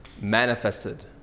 manifested